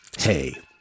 Hey